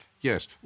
Yes